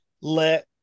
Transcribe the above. let